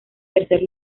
tercer